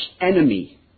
enemy